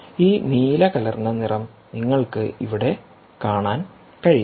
ഈ നീല കലർന്ന നിറം നിങ്ങൾക്ക് ഇവിടെ കാണാൻ കഴിയും